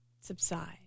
subside